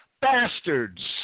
Bastards